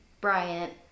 Bryant